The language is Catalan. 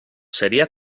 seria